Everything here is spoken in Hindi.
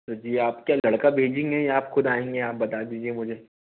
जी आप क्या लड़का भेजेंगे या आप खुद आएँगे आप बता दीजिए मुझे